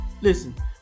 Listen